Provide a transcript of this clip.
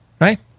right